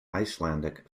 icelandic